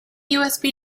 usb